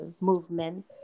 movement